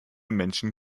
menschen